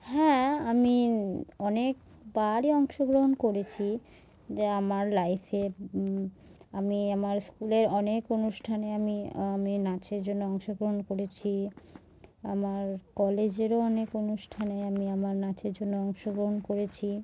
হ্যাঁ আমি অনেকবারই অংশগ্রহণ করেছি যে আমার লাইফে আমি আমার স্কুলের অনেক অনুষ্ঠানে আমি আমি নাচের জন্য অংশগ্রহণ করেছি আমার কলেজেরও অনেক অনুষ্ঠানে আমি আমার নাচের জন্য অংশগ্রহণ করেছি